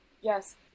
Yes